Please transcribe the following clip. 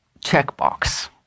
checkbox